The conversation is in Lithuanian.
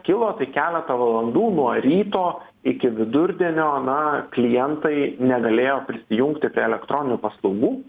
kilo tai keletą valandų nuo ryto iki vidurdienio na klientai negalėjo prisijungti prie elektroninių paslaugų